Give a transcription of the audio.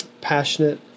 passionate